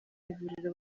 ivuriro